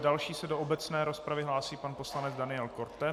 Další do obecné rozpravy se hlásí pan poslanec Daniel Korte.